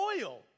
oil